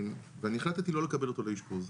ואני החלטתי לא לקבל אותו לאשפוז,